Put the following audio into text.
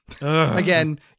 Again